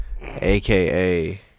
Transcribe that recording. aka